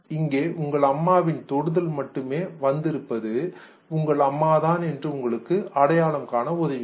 இங்கே உங்கள் அம்மாவின் தொடுதல் மட்டுமே வந்திருப்பது உங்கள் அம்மா தான் என்று உங்களுக்கு அடையாளம் காண உதவியது